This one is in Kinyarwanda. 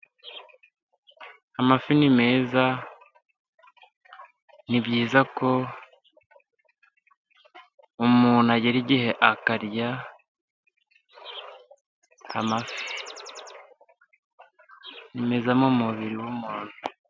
Amafi ni meza, ni byiza ko umuntu agera igihe akarya amafi. Ni meza mu mubiri w'umuntu.